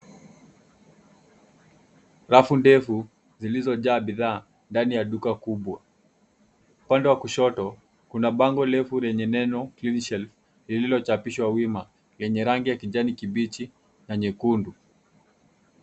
Rafu ndefu, zilizojaa bidhaa ndani ya duka kubwa. Upande wa kushoto, kuna bango refu lenye neno clean shelf lililochapishwa wima, lenye rangi ya kijani kibichi na nyekundu.